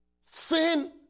sin